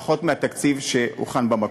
פחות מהתקציב שהוכן במקור.